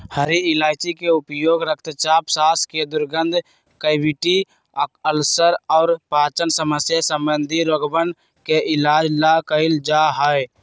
हरी इलायची के उपयोग रक्तचाप, सांस के दुर्गंध, कैविटी, अल्सर और पाचन समस्या संबंधी रोगवन के इलाज ला कइल जा हई